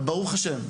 ברוך השם,